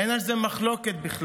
אין על זה מחלוקת בכלל.